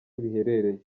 biherereye